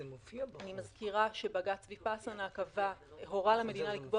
אני מזכירה שבג"ץ ויפאסנה הורה למדינה לקבוע